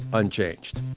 unchanged.